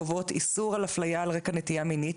הקובעות איסור על אפליה על רקע נטייה מינית,